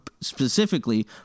specifically